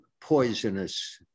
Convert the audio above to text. poisonous